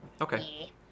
Okay